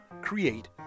create